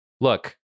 look